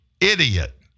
idiot